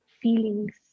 feelings